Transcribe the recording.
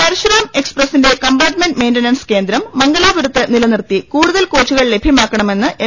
പരശുറാം എക്സ്പ്രസിന്റെ compartment maintenance കേന്ദ്രം മംഗലാപുര്ത്ത് നിലനിർത്തി കൂടുതൽ കോച്ചുകൾ ലഭ്യമാ ക്കണമെന്ന് എം